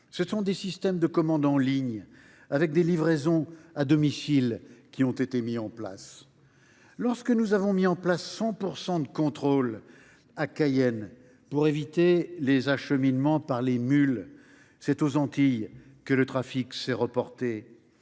trafics, des systèmes de commandes en ligne avec des livraisons à domicile ont été imaginés. Lorsque nous avons mis en place 100 % de contrôles à Cayenne pour éviter les acheminements par les mules, c’est sur les Antilles que le trafic s’est reporté.